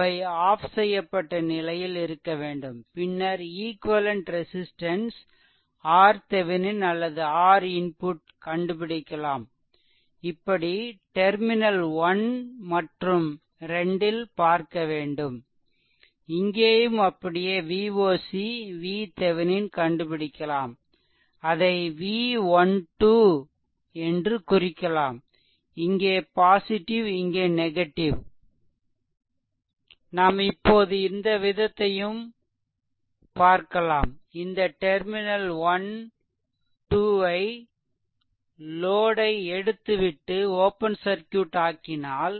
அவை ஆஃப் செய்யப்பட்ட நிலையில் இருக்க வேண்டும் பின்னர் ஈக்வெலென்ட் ரெசிஸ்ட்டன்ஸ் RThevenin அல்லது R input கண்டுபிடிக்கலாம் இப்படி டெர்மினல் 1மற்றும் 2 ல் பார்க்கவேண்டும் இங்கேயும் அப்படியே Voc VThevenin கண்டுபிடிக்கலாம் அதை V12 என்று குறிக்கலாம் இங்கே பாசிடிவ் இங்கே நெகடிவ் நாம் இப்போது இந்த விதத்தையும் பார்க்கலாம் இந்த டெர்மினல் 12 ஐ லோட் ஐ எடுத்துவிட்டு ஓப்பன் சர்க்யூட் ஆக்கினால்